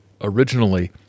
originally